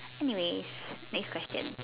anyways next question